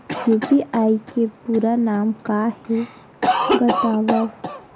UPI के पूरा नाम का हे बतावव?